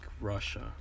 Russia